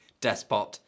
despot